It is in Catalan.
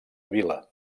vila